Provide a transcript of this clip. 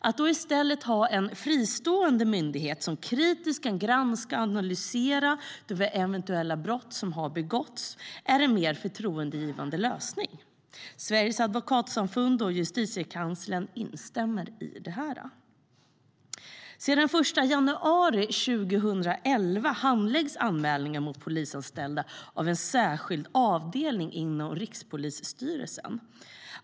Att i stället ha en fristående myndighet som kritiskt kan granska och analysera eventuella brott som har begåtts är en mer förtroendegivande lösning. Sveriges Advokatsamfund och Justitiekanslern instämmer i detta. Sedan den 1 januari 2011 handläggs anmälningar mot polisanställda av en särskild avdelning inom Rikspolisstyrelsen.